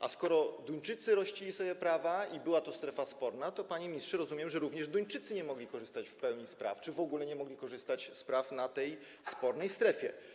A skoro Duńczycy rościli sobie prawa i była to strefa sporna, to, panie ministrze, rozumiem, że również Duńczycy nie mogli korzystać z pełni praw czy w ogóle nie mogli korzystać z praw w tej spornej strefie.